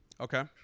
okay